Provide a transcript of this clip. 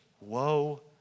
woe